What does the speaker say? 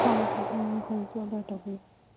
ꯍꯣꯏ ꯍꯣꯏ ꯎꯝ ꯑꯩꯈꯣꯏꯒꯤꯁꯨ ꯑꯣꯗꯔ ꯇꯧꯕꯤꯌꯨ